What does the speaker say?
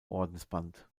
ordensband